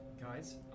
Guys